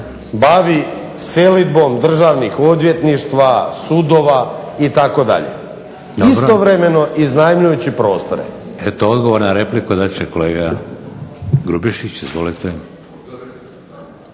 bavi selidbom državnih odvjetništva, sudova itd. istovremeno iznajmljujući prostore.